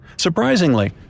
Surprisingly